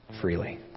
freely